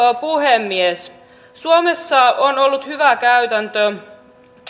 puhemies suomessa on ollut hyvä käytäntö